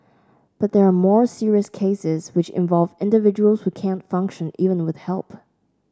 but there are more serious cases which involve individuals who can't function even with help